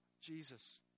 Jesus